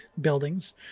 buildings